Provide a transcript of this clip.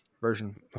version